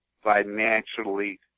financially